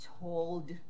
told